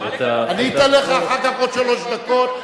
אני אתן לך אחר כך עוד שלוש דקות,